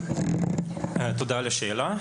תודה על השאלה.